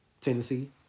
Tennessee